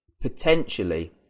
potentially